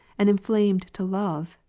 and inflamed to love,